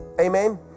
Amen